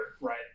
right